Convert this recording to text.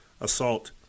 assault